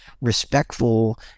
respectful